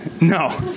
No